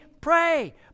pray